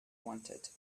wanted